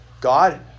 God